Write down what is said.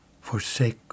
forsake